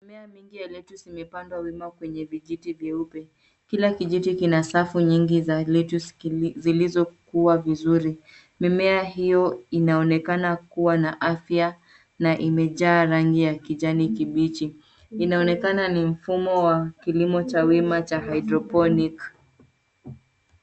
Mimea mingi ya lettuce imepandwa wima kwenye vijiti vyeupe. Kila kijiti kina safu nyingi za lettuce zilizokuwa vizuri. Mimea hiyo inaonekana kuwa na afya, na imejaa rangi ya kijani kibichi. Inaonekana ni mfumo wa kilimo cha wima cha hydroponic .